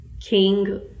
King